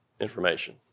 information